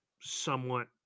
somewhat